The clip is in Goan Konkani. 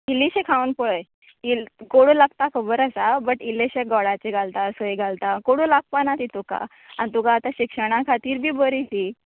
इल्लीशीं खावून पळय इल्लीं कोडू लागता खबर आसा बट इल्लेशें गोडाचें घालता सय घालता कोडू लागपाना ती तुका आनी आतां तुका शिक्षणा खातीर बी बरी ती